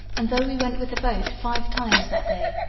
and, though we went with the boat five times that day,